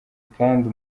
kandi